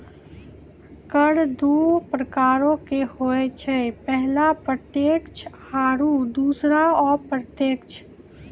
कर दु प्रकारो के होय छै, पहिला प्रत्यक्ष आरु दोसरो अप्रत्यक्ष